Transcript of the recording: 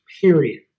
period